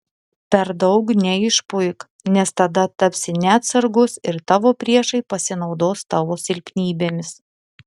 per daug neišpuik nes tada tapsi neatsargus ir tavo priešai pasinaudos tavo silpnybėmis